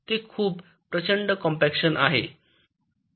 ते खूप प्रचंड कॉम्पॅकशन आहे